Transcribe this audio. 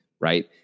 right